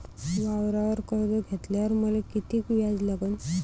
वावरावर कर्ज घेतल्यावर मले कितीक व्याज लागन?